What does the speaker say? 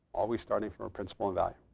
always starting from a principle and value.